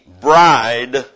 bride